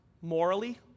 morally